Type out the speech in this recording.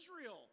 Israel